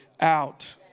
out